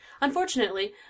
Unfortunately